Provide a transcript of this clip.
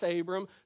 Abram